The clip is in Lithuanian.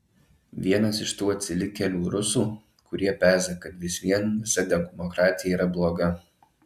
vienas iš tų atsilikėlių rusų kurie peza kad vis vien visa demokratija yra bloga